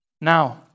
now